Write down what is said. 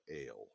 Ale